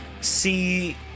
see